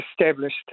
established